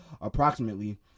approximately